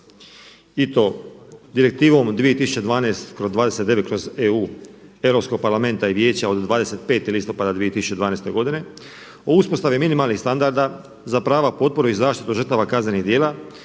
I to Direktivom 20127297EU Europskog parlamenta i Vijeća od 25. listopada 2012. godine, o uspostavi minimalnih standarda za prava, potporu i zaštitu žrtava kaznenih djela